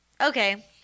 okay